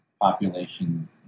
population